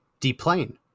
deplane